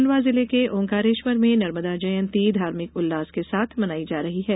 खंडवा जिले के ओंकारेश्वर में नर्मदा जयंती धार्मिक उल्लास के साथ मनाई जा रही है